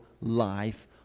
life